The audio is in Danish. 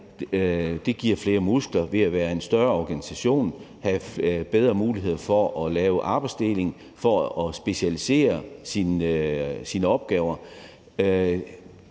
det gav flere muskler ved, at man er en stor organisation og har bedre mulighed for at lave arbejdsdeling og specialisere sine opgaver.